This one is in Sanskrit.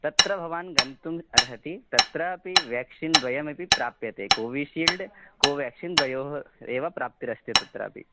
तत्र भवान् गन्तुम् अर्हति तत्रापि व्याक्सिन् द्वयमपि प्राप्यते कोविशील्ड् को व्याक्सिन् द्वयोः एव प्राप्तिरस्ति तत्रापि